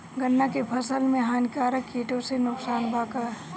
गन्ना के फसल मे हानिकारक किटो से नुकसान बा का?